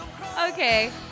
Okay